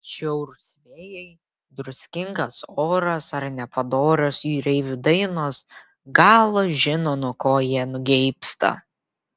atšiaurūs vėjai druskingas oras ar nepadorios jūreivių dainos galas žino nuo ko jie nugeibsta